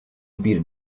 bir